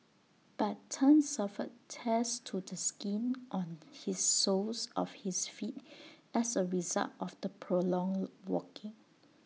but Tan suffered tears to the skin on his soles of his feet as A result of the prolonged walking